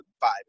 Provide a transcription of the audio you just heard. five